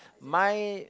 mine